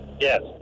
Yes